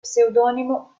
pseudonimo